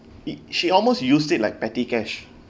it she almost use it like petty cash